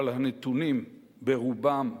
אבל הנתונים, ברובם,